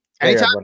Anytime